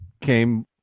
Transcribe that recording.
came